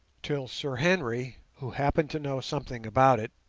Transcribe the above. till sir henry, who happened to know something about it,